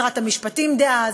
שרת המשפטים דאז,